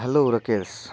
hello Rakesh